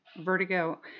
vertigo